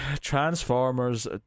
Transformers